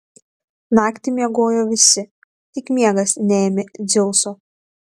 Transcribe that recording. naktį miegojo visi tik miegas neėmė dzeuso